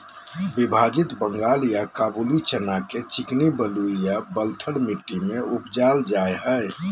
विभाजित बंगाल या काबूली चना के चिकनी बलुई या बलथर मट्टी में उपजाल जाय हइ